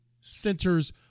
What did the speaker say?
centers